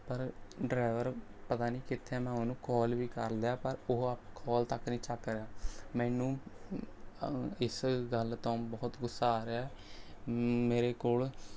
ਪਰ ਡਰਾਈਵਰ ਪਤਾ ਨਹੀਂ ਕਿੱਥੇ ਮੈਂ ਉਹਨੂੰ ਕਾਲ ਵੀ ਕਰ ਲਿਆ ਪਰ ਉਹ ਕਾਲ ਤੱਕ ਨਹੀਂ ਚੱਕ ਰਿਹਾ ਮੈਨੂੰ ਇਸ ਗੱਲ ਤੋਂ ਬਹੁਤ ਗੁੱਸਾ ਆ ਰਿਹਾ ਹੈ ਮੇਰੇ ਕੋਲ